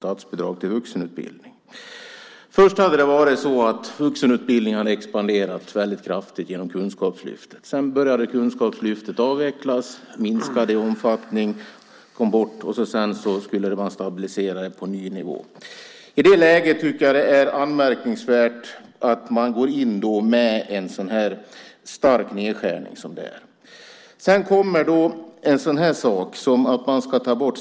Herr talman! Jan Björklund och jag har inte alltid samma ingång här i livet och inte samma sätt att se på problem. En av de första sakerna som hände när vi fick en ny regering var att vi fick besked om att 600 miljoner i statsbidrag till vuxenutbildning skulle bort. Först hade vuxenutbildningen väldigt kraftigt expanderat genom Kunskapslyftet. Sedan började Kunskapslyftet avvecklas. Det minskade i omfattning och kom sedan bort. Därefter skulle det vara en stabiliserare på en ny nivå. I det läget är det, tycker jag, anmärkningsvärt att gå in med en så stark nedskärning som det här är fråga om. Sedan kommer en sådan sak som borttagandet av CFL.